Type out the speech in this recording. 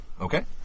Okay